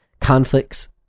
Conflicts